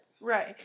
Right